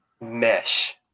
mesh